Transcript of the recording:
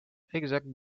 exacte